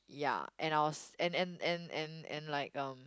ya and I was and and and and and like um